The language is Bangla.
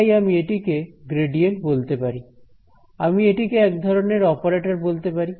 তাই আমি এটিকে গ্রেডিয়েন্ট বলতে পারি আমি এটিকে এক ধরনের অপারেটর বলতে পারি